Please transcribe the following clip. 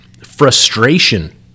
frustration